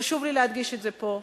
חשוב לי להדגיש את זה פה,